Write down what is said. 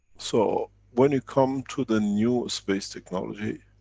so, when you come to the new space technology,